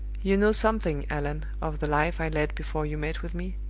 you know something, allan, of the life i led before you met with me.